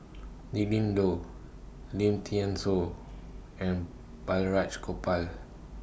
Willin Low Lim Thean Soo and Balraj Gopal